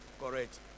correct